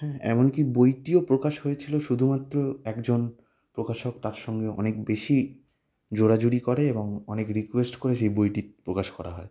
হ্যাঁ এমনকি বইটিও প্রকাশ হয়েছিল শুধুমাত্র একজন প্রকাশক তার সঙ্গে অনেক বেশি জোরাজুরি করে এবং অনেক রিকোয়েস্ট করে সেই বইটি প্রকাশ করা হয়